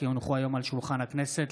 כי הונחו היום על שולחן הכנסת,